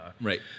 Right